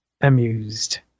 amused